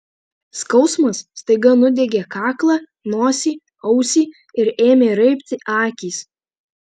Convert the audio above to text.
skausmas staiga nudiegė kaklą nosį ausį ir ėmė raibti akys